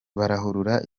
barahura